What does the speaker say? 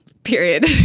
period